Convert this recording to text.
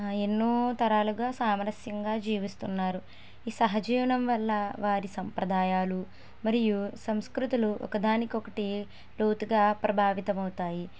ఎన్నో తరాలుగా సామరస్యంగా జీవిస్తున్నారు ఈ సహజీవనం వల్ల వారి సాంప్రదాయాలు మరియు సంస్కృతులు ఒకదానికొకటి లోతుగా ప్రభావితం అవుతాయి